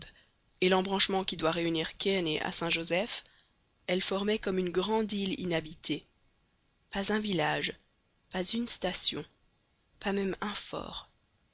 et l'embranchement qui doit réunir kearney à saint-joseph elle formait comme une grande île inhabitée pas un village pas une station pas même un fort